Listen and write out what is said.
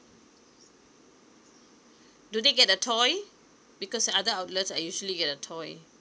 do they get a toy because other outlets I usually get a toy